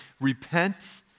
repent